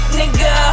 nigga